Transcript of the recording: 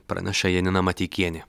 praneša janina mateikienė